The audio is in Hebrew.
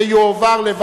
לדיון מוקדם